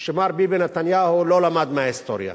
שמר ביבי נתניהו לא למד מההיסטוריה.